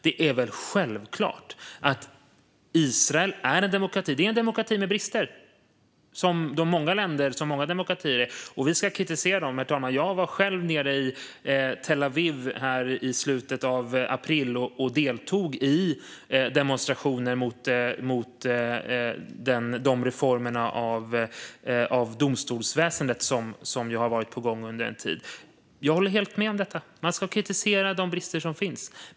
Det är väl självklart att Israel är en demokrati. Det är en demokrat med brister - som många demokratier - och vi ska kritisera Israel. Jag var själv nere i Tel Aviv i slutet av april och deltog i demonstrationer mot de reformer av domstolsväsendet som har varit på gång under en tid. Jag håller alltså helt med om detta; man ska kritisera de brister som finns.